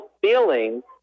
feelings